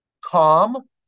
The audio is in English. calm